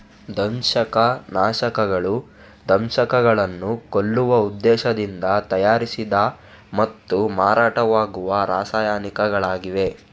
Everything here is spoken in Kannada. ದಂಶಕ ನಾಶಕಗಳು ದಂಶಕಗಳನ್ನು ಕೊಲ್ಲುವ ಉದ್ದೇಶದಿಂದ ತಯಾರಿಸಿದ ಮತ್ತು ಮಾರಾಟವಾಗುವ ರಾಸಾಯನಿಕಗಳಾಗಿವೆ